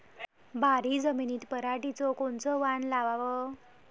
भारी जमिनीत पराटीचं कोनचं वान लावाव?